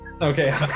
Okay